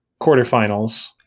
quarterfinals